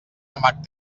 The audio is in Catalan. amb